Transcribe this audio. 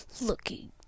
looking